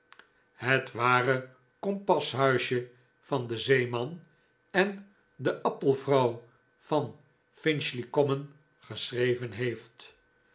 het ware compashuisje van den zeeman en de appelvrouw van finchley common geschreven heeft